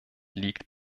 liegt